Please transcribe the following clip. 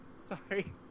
Sorry